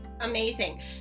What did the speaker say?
Amazing